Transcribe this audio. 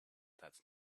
that’s